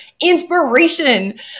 inspiration